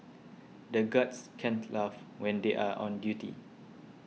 the guards can't laugh when they are on duty